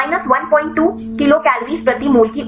12 kilocal प्रति mole की ऊर्जा